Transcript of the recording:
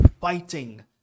fighting